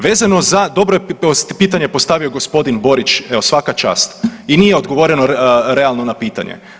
Vezano za, dobro je pitanje postavio gospodin Borić, evo svaka čast i nije odgovoreno realno na pitanje.